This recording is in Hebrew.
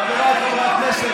חבריי חברי הכנסת,